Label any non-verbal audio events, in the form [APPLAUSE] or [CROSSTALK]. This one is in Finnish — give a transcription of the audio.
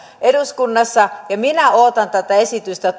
eduskunnassa ja minä todella odotan tätä esitystä ja [UNINTELLIGIBLE]